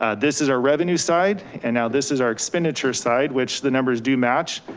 ah this is our revenue side. and now this is our expenditure side, which the numbers do match.